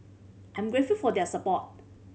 I'm grateful for their support